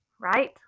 right